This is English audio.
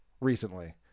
recently